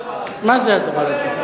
מה זה הדבר הזה?